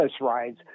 rides